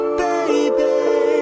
baby